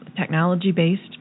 technology-based